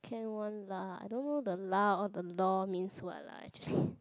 can one lah I don't know the lah or the lor means what lah actually